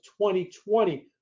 2020